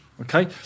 Okay